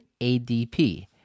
ADP